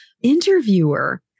interviewer